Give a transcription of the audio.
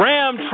Ram